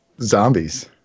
zombies